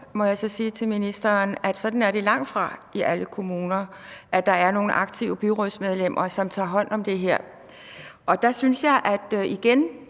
må jeg så sige til ministeren, at sådan er det langtfra i alle kommuner, altså at der er nogle aktive byrådsmedlemmer, som tager hånd om det her. Som det også fremgår